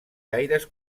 gaires